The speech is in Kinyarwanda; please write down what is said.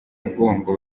mugongo